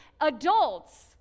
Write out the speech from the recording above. adults